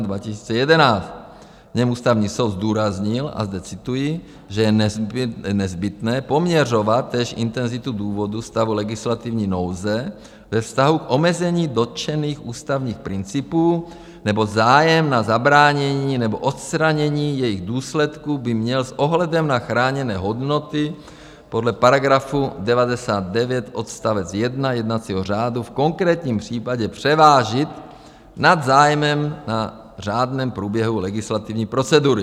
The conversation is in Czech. V něm Ústavní soud zdůraznil, a zde cituji, že je nezbytné poměřovat též intenzitu důvodů stavu legislativní nouze ve vztahu k omezení dotčených ústavních principů, neboť zájem na zabránění nebo odstranění jejich důsledků by měl s ohledem na chráněné hodnoty podle § 99 odst. 1 jednacího řádu v konkrétním případě převážit nad zájmem na řádném průběhu legislativní procedury.